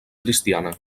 cristiana